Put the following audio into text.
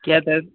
کیا سر